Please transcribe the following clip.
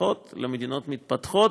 מפותחות למדינות מתפתחות,